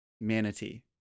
manatee